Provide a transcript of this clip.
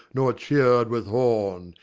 nor cheer'd with horn,